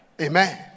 Amen